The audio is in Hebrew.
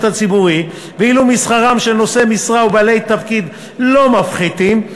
הציבורי ואילו משכרם של נושאי משרה ובעלי תפקיד לא מפחיתים,